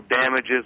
damages